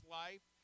life